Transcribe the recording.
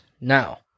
now-